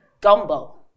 gumbo